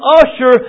usher